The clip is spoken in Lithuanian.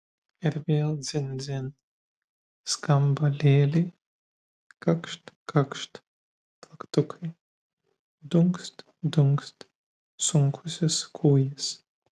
ir vėl dzin dzin skambalėliai kakšt kakšt plaktukai dunkst dunkst sunkusis kūjis